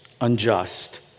unjust